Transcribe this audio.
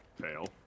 Fail